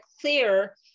clear